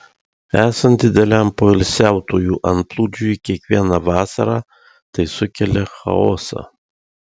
esant dideliam poilsiautojų antplūdžiui kiekvieną vasarą tai sukelia chaosą